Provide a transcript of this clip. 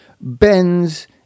bends